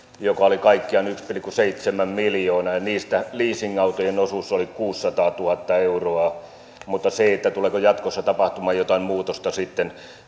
mikä oli kaikkiaan yksi pilkku seitsemän miljoonaa ja niistä leasingautojen osuus oli kuusisataatuhatta euroa se tuleeko jatkossa tapahtumaan jotain muutosta sitten